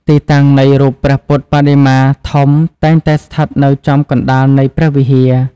ទីតាំង នៃរូបព្រះពុទ្ធបដិមាធំតែងតែស្ថិតនៅចំកណ្តាលនៃព្រះវិហារ។